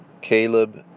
Caleb